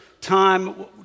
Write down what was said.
time